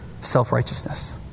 self-righteousness